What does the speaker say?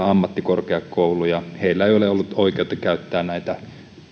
ammattikorkeakoulu heillä ei ole ollut oikeutta käyttää näitä